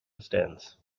stands